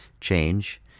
Change